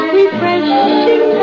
refreshing